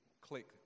click